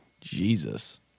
Jesus